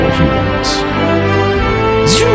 humans